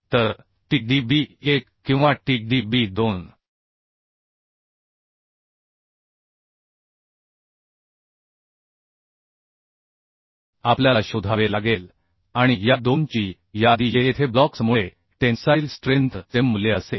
तर T d b 1 किंवा T d b 2 आपल्याला शोधावे लागेल आणि या 2 ची यादी येथे ब्लॉक्समुळे टेन्साईल स्ट्रेंथ चे मूल्य असेल